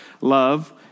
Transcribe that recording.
love